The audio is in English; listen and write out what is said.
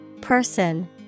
Person